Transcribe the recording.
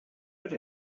but